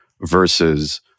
versus